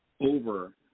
over